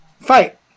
fight